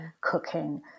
cooking